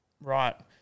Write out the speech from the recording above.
right